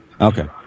Okay